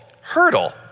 Hurdle